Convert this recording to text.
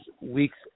week's